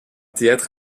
théâtre